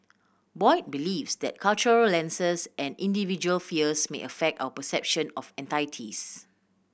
Boyd believes that cultural lenses and individual fears may affect our perception of entities